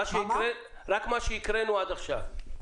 רק מה שהקראנו עד עכשיו.